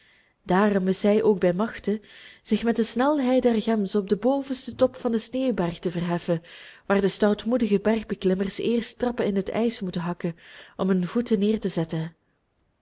daarom is zij ook bij machte zich met de snelheid der gems op den bovensten top van den sneeuwberg te verheffen waar de stoutmoedige bergbeklimmers eerst trappen in het ijs moeten hakken om hun voeten neer te zetten